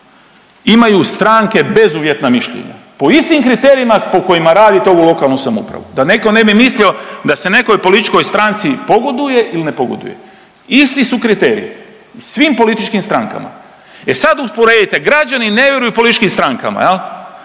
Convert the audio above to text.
imaju stranke bezuvjetna mišljenja po istim kriterijima po kojima radite ovu lokalnu samoupravu, da netko ne bi mislio da se nekoj političkoj stranci pogoduje ili ne pogoduje isti su kriteriji svim političkim strankama. E sad usporedite građani ne vjeruju političkim strankama.